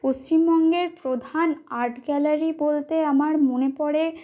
পশ্চিমবঙ্গের প্রধান art gallery বলতে আমার মনে পড়ে